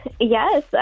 Yes